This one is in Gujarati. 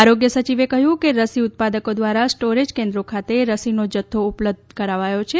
આરોગ્ય સચીવે કહ્યં કે રસી ઉત્પાદકો દ્વારા સ્ટોરેજ કેન્દ્રો ખાતે રસીનો જથ્થો ઉપલબ્ધ કરાવાયો છે